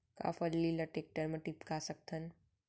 का फल्ली ल टेकटर म टिपका सकथन?